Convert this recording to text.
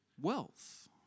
wealth